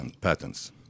patents